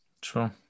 True